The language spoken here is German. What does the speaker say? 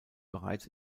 bereits